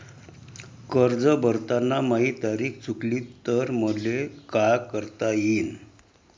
कर्ज भरताना माही तारीख चुकली तर मले का करता येईन?